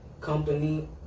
company